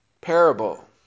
parable